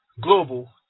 global